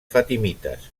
fatimites